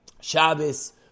Shabbos